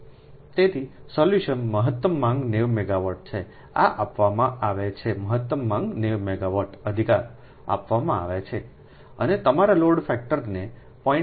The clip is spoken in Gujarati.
તેથી સોલ્યુશન મહત્તમ માંગ 90 મેગાવાટ છે આ આપવામાં આવે છે મહત્તમ માંગ 90 મેગાવાટ અધિકાર આપવામાં આવે છે અને તમારા લોડ ફેક્ટરને 0